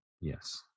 Yes